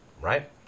right